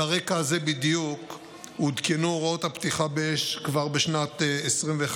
על הרקע הזה בדיוק עודכנו הוראות הפתיחה באש כבר בשנת 2021,